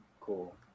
cool